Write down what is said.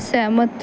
ਸਹਿਮਤ